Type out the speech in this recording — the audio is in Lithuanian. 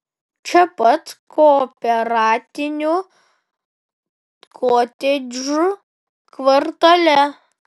čia pat kooperatinių kotedžų kvartale